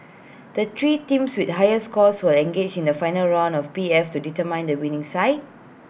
the three teams with the highest scores will engage in A final round of P F to determine the winning side